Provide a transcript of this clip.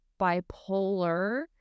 bipolar